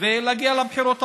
ולהגיע לבחירות הבאות.